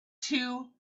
two